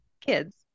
Kids